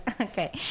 Okay